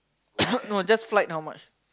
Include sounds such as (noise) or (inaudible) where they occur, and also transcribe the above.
(coughs) no just flight how much